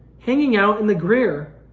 hanging out in the greer,